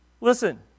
Listen